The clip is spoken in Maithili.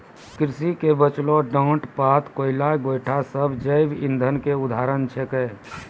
कृषि के बचलो डांट पात, कोयला, गोयठा सब जैव इंधन के उदाहरण छेकै